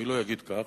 מי לא יגיד כך,